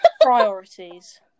Priorities